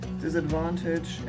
disadvantage